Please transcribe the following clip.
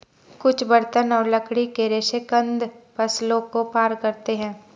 कुछ बर्तन और लकड़ी के रेशे कंद फसलों को पार करते है